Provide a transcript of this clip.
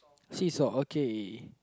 seesaw okay